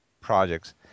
projects